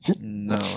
No